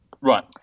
Right